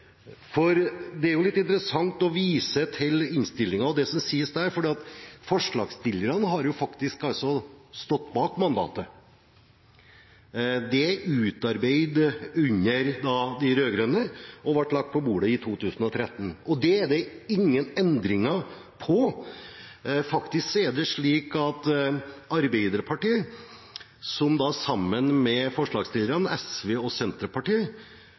Det er litt interessant å vise til innstillingen og det som sies der, for forslagsstillerne har faktisk stått bak mandatet. Det er utarbeidet under de rød-grønne, og ble lagt på bordet i 2013. Det er det ingen endringer på. Faktisk er det slik at Arbeiderpartiet, sammen med forslagsstillerne SV og Senterpartiet,